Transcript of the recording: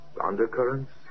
Undercurrents